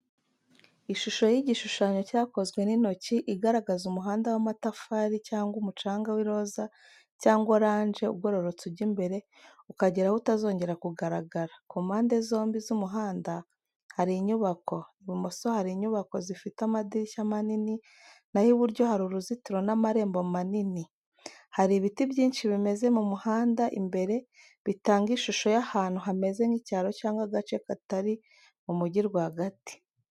Ishusho y’igishushanyo cyakozwe n’intoki, igaragaza umuhanda w’amatafari cyangwa umucanga w’iroza cyangwa orange ugororotse ujya imbere ukagera aho utazongera kugaragara. ku mpande zombi z’umuhanda hari inyubako: ibumoso harimo inyubako zifite amadirishya manini, naho iburyo hari uruzitiro n’amarembo manini. hari ibiti byinshi bimeze mu muhanda imbere, bitanga ishusho y’ahantu hameze nk’icyaro cyangwa agace gatari mu mujyi rwagati.